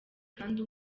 kandi